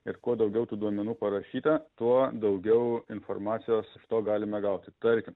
ir kuo daugiau tų duomenų parašyta tuo daugiau informacijos to galime gauti tarkim